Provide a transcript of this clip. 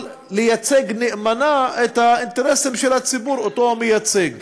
לייצג נאמנה את האינטרסים של הציבור שהוא מייצג.